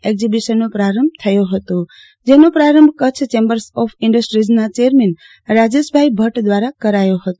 એક્ઝિબીશનનો પ્રારંભ થયો હતો જેનો પ્રારંભ કચ્છ ચેમ્બર્સ ઓફ ઇન્ડસ્ટ્રીઝના ચેરમેન રાજેશભાઇ ભટ્ટ દ્વારા કરાયો હતો